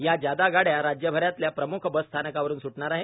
या जादा गाड्या राज्यभरातल्या प्रमुख बस स्थानकावरून स्टणार आहेत